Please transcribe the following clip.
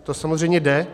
To samozřejmě jde.